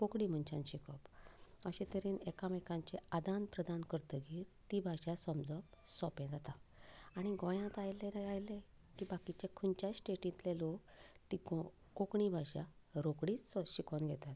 कोंकणी मनशान शिकप अशे तरेन एकमेकांचेर आदान प्रदान करतगीर ती भाशा समजप सोंपें जाता आनी गोंयांत आयले रे आयले बाकीचे खंयच्याय स्टेटीतले लोक ती कोंकणी भाशा रोकडीच शिकून घेतात